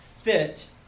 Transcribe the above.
fit